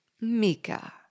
Mika